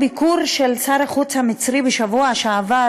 הביקור של שר החוץ המצרי בשבוע שעבר